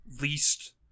least